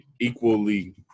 equally